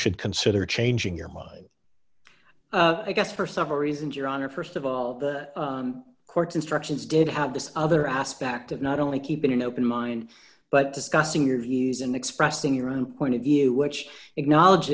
should consider changing your mind i guess for several reasons your honor st of all the court's instructions did have this other aspect of not only keeping an open mind but discussing your views and expressing your own point of view which acknowledge